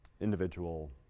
individual